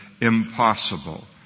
impossible